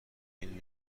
این